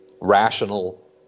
Rational